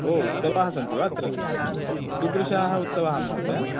ओ उत्सवाः सन्ति वा अत्र कीदृशाः उत्सवाः महोदय